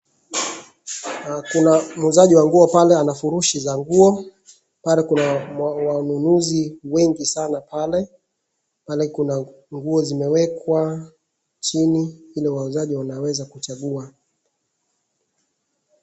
Kuna muuzaji wa nguo pale ana furushi za nguo, pale kuna wanunuzi wengi sana pale, pale kuna nguo zimewekwa chini, ili wauzaji wanaweza kuchagua.